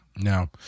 no